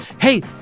hey